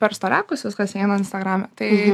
per storiakus viskas eina instagrame tai